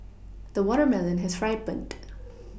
the watermelon has ripened